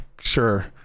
Sure